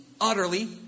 utterly